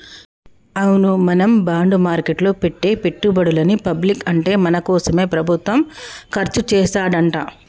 అవును మనం బాండ్ మార్కెట్లో పెట్టే పెట్టుబడులని పబ్లిక్ అంటే మన కోసమే ప్రభుత్వం ఖర్చు చేస్తాడంట